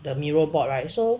the mirror board right so